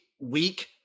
week